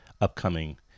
upcoming